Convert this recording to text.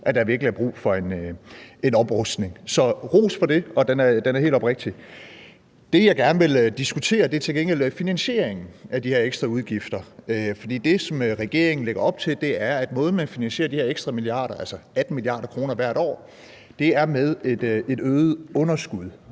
at der virkelig er brug for en oprustning. Så ros for det, og den er helt oprigtig. Det, jeg gerne vil diskutere, er til gengæld finansieringen af de her ekstra udgifter. Det, regeringen lægger op til, er, at måden, man finansierer de her ekstra 18 mia. kr. hvert år på, er med et øget underskud.